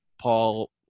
Paul